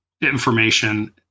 information